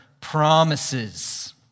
promises